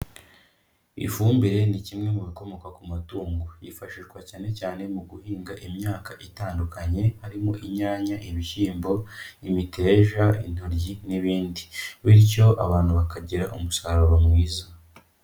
Ifumbire ni kimwe mu bikomoka ku matungo, yifashishwa cyane cyane mu guhinga imyaka itandukanye harimo inyanya, ibishyimbo n'imiteja intoryi n'ibindi, bityo abantu bakagira umusaruro mwiza.